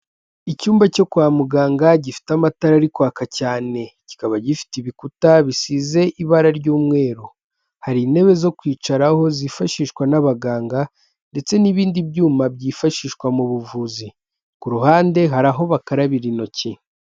Icyumba cyo kwa muganga gifite amatara ari kwaka cyane, kikaba gifite ibikuta bisize ibara ry'umweru, hari intebe zo kwicaraho zifashishwa n'abaganga ndetse n'ibindi byuma byifashishwa mu buvuzi, ku ruhande hari aho bakarabira intoki.